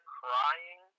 crying